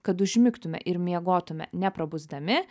kad užmigtume ir miegotume neprabusdami